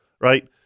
right